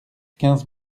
quinze